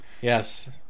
yes